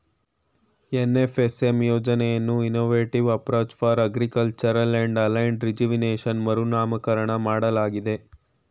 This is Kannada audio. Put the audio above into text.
ಎನ್.ಎಫ್.ಎಸ್.ಎಂ ಯೋಜನೆಯನ್ನು innovative approach for agriculture and aligned rejuvenation ಮರುನಾಮಕರಣ ಮಾಡಲಾಗಿದೆ